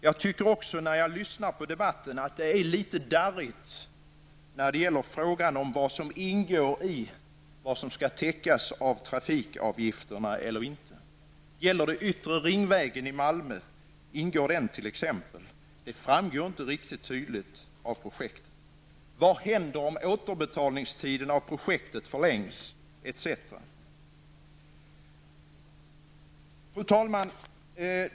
Jag tycker också när jag lyssnar på debatten att det är litet oklart vad som skall täckas av trafikavgifterna. Ingår t.ex. den yttre ringvägen i Malmö i detta? Det framgår inte riktigt tydligt av beskrivningarna av projektet. Vad händer om projektets återbetalningstider förlängs etc.? Fru talman!